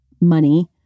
Money